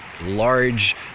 large